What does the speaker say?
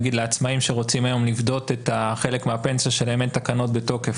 נגיד לעצמאים שרוצים היום לפדות חלק מהפנסיה שלהם אין תקנות בתוקף,